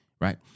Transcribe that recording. right